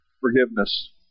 forgiveness